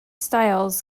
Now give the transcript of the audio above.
styles